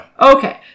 Okay